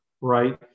Right